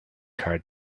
car